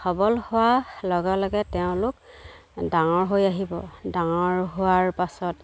সবল হোৱাৰ লগে লগে তেওঁলোক ডাঙৰ হৈ আহিব ডাঙৰ হোৱাৰ পাছত